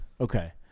Okay